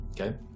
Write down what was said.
okay